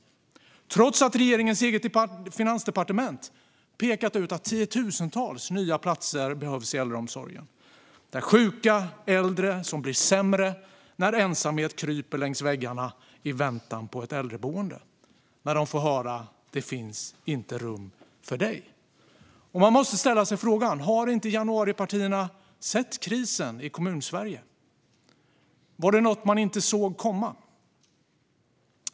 Detta sker trots att regeringens eget finansdepartement pekat ut att tiotusentals nya platser behövs i äldreomsorgen, där sjuka äldre i väntan på ett äldreboende blir sämre när ensamheten kryper längs väggarna och när de får höra: Det finns inte rum för dig. Man måste ställa sig frågan: Har inte januaripartierna sett krisen i Kommunsverige? Var det någonting de inte såg komma?